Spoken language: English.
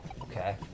Okay